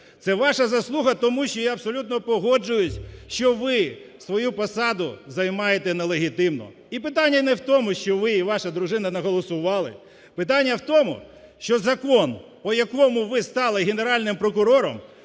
Це ваша заслуга тому, що я абсолютно погоджуюся, що ви свою посаду займаєте нелегітимно. І питання не в тому, що ви і ваша дружина не голосували. Питання в тому, що закон, по якому ви стали Генеральним прокурором,